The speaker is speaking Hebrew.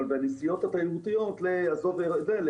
אבל בנסיעות התיירות לאירופה.